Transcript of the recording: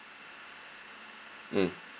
mm